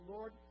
Lord